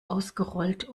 ausgerollt